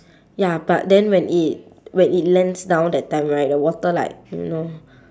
ya but then when it when it lands down that time right the water like you know